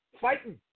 fighting